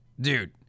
Dude